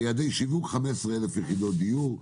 ויעדי שיווק 15,000 יחידות דיור.